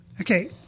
Okay